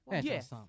Yes